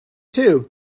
too